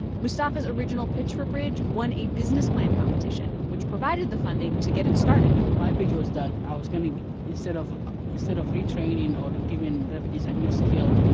mustafa's original pitch for bridge won a business plan competition, which provided the funding to get it started my pitch was that i was going to instead of instead of retraining or giving refugees a new skill,